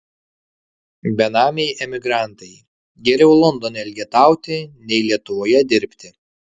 benamiai emigrantai geriau londone elgetauti nei lietuvoje dirbti